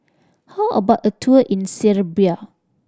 how about a tour in Serbia